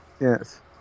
Yes